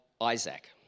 Isaac